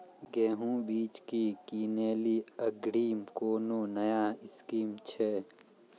गेहूँ बीज की किनैली अग्रिम कोनो नया स्कीम छ?